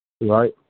right